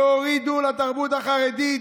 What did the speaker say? שהורידה לתרבות החרדית,